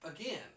again